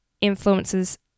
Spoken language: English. influences